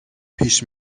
پیش